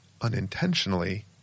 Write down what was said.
unintentionally